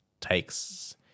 takes